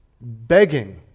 begging